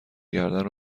گردن